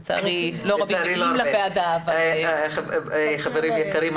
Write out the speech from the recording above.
לצערי לא רבים מגיעים לוועדה אבל --- חברים יקרים,